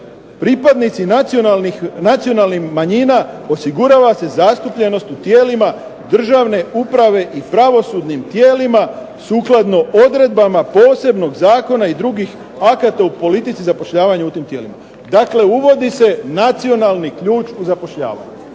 pripadnici nacionalnih manjina osigurava se zastupljenost u tijelima državne uprave i pravosudnim tijelima sukladno odredbama posebnog Zakona i drugih akata u politici zapošljavanja u tim tijelima. Dakle, uvodi se nacionalni ključ u zapošljavanje.